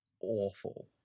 awful